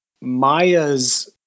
Maya's